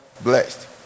blessed